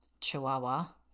chihuahua